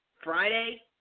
Friday